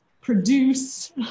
produce